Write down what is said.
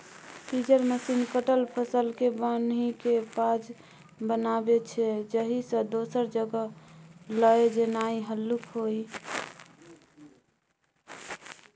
baler machine कटल फसलकेँ बान्हिकेँ पॉज बनाबै छै जाहिसँ दोसर जगह लए जेनाइ हल्लुक होइ